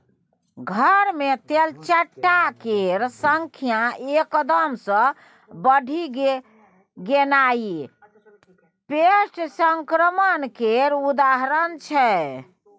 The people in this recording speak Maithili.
घर मे तेलचट्टा केर संख्या एकदम सँ बढ़ि गेनाइ पेस्ट संक्रमण केर उदाहरण छै